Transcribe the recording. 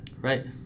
Right